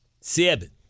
seven